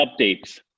updates